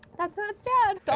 that's matt's dad, don,